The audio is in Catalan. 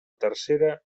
tercera